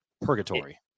purgatory